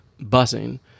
busing